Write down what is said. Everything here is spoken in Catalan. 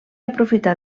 aprofità